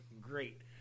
great